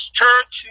church